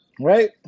Right